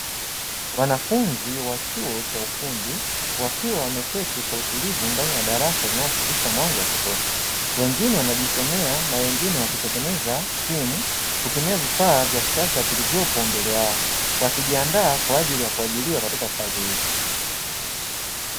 Wanafunzi wa chuo cha ufundi wakiwa wameketi kwa utulivu ndani ya darasa linalopitisha mwanga wa kutosha, wengine wanajisomea na wengine wakitengeneza simu kwa kutumia vifaa vya kisasa vilivyopo mbele yao, wakijiandaa kwa ajili ya kuajilriwa katika kazi hizi.